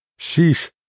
Sheesh